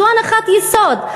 זו הנחת יסוד.